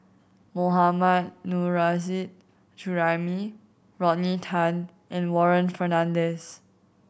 Mohammad Nurrasyid Juraimi Rodney Tan and Warren Fernandez